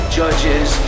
judges